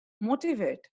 motivate